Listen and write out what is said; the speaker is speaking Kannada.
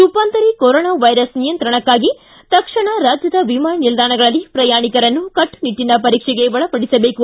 ರೂಪಾಂತರಿ ಕೊರೊನಾ ವೈರಸ್ ನಿಯಂತ್ರಣಕ್ಕಾಗಿ ತಕ್ಷಣ ರಾಜ್ಯದ ವಿಮಾನ ನಿಲ್ದಾಣಗಳಲ್ಲಿ ಪ್ರಯಾಣಿಕರನ್ನು ಕಟ್ಟುನಿಟ್ಟನ ಪರೀಕ್ಷೆಗೆ ಒಳಪಡಿಸಬೇಕು